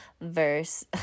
Verse